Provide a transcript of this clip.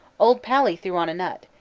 old pally threw on a nut.